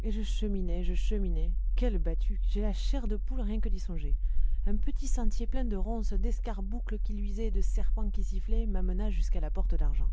et je cheminai je cheminai quelle battue j'ai la chair de poule rien que d'y songer un petit sentier plein de ronces d'escarboucles qui luisaient et de serpents qui sifflaient m'amena jusqu'à la porte d'argent